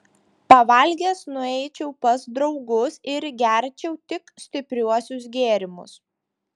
pavalgęs nueičiau pas draugus ir gerčiau tik stipriuosius gėrimus